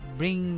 bring